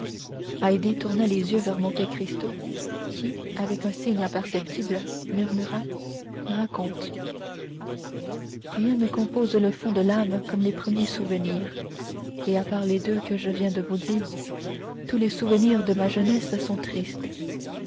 tourna les yeux vers monte cristo qui avec un signe imperceptible murmura rien ne compose le fond de l'âme comme les premiers souvenirs et à part les deux que je viens de vous dire tous les souvenirs de ma jeunesse sont tristes